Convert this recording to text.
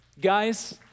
Guys